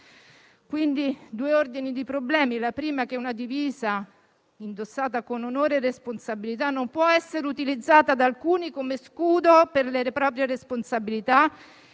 quindi due ordini di problemi. Il primo è che una divisa indossata con onore e responsabilità non può essere utilizzata da alcuni come scudo per le proprie responsabilità